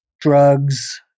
drugs